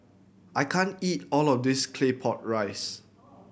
I can't eat all of this Claypot Rice